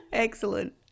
excellent